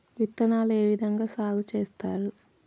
విత్తనాలు ఏ విధంగా సాగు చేస్తారు?